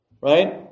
right